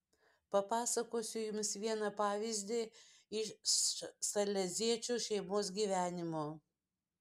papasakosiu jums vieną pavyzdį iš saleziečių šeimos gyvenimo